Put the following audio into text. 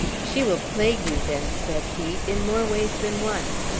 she will plague you, then, said he, in more ways than one.